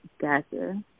Gotcha